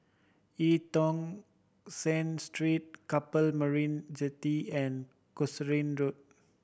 Eu Tong Sen Street Keppel Marina Jetty and Casuarina Road